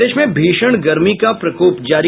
प्रदेश में भीषण गर्मी का प्रकोप जारी